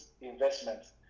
investments